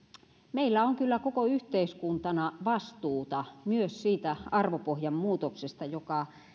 meillä on kyllä koko yhteiskuntana vastuuta myös siitä arvopohjan muutoksesta joka